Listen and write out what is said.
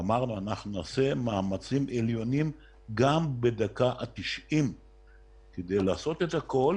שאנחנו נעשה מאמצים עליונים גם בדקה ה-90 לעשות הכול